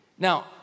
Now